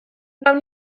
wnawn